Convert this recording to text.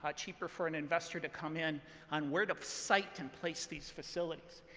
ah cheaper for an investor to come in on where to site and place these facilities.